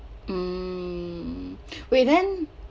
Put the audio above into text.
mm wait then